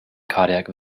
cardiac